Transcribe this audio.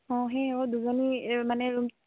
অঁ হেৰি আকৌ দুজনী মানে ৰূম